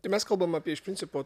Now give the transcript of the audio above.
tai mes kalbam apie iš principo